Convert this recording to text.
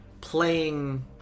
playing